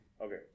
Okay